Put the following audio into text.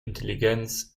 intelligenz